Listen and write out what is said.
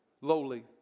lowly